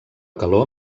calor